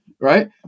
right